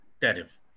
tariff